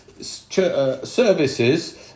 services